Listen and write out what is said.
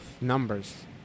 numbers